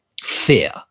fear